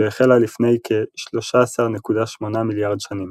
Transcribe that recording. שהחלה לפני כ-13.8 מיליארד שנים.